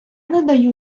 надаю